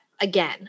again